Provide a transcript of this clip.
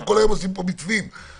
אנחנו כל היום עושים כאן מתווים בקורונה.